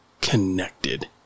connected